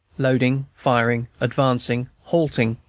loading, firing, advancing, halting,